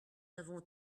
avons